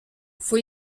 for